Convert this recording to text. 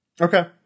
Okay